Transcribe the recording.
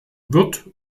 wird